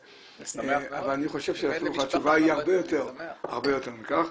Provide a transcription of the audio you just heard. אבל אני חושב שהתשובה היא הרבה יותר מכך.